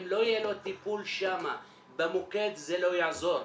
אם לא יהיה לו טיפול שם במוקד זה לא יעזור.